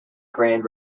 grand